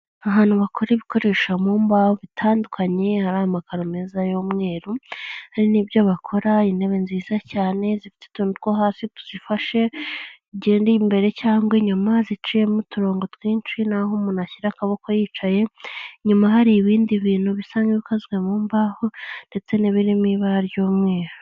Ahantu bakora ibikoresho mu mmbaho bitandukanye, hari amakaro meza y'umweru, hari n'ibyo bakora intebe nziza cyane zifiteutuntu two hasi tuzifashe imbere cyangwa inyuma ziciyemo uturongo twinshi nahoho umuntu ashyira akaboko yicaye, inyuma hari ibindi bintu bisa n'ibikozwe mu mbaho, ndetse n'ibiri mu ibara ry'umweru.